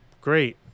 Great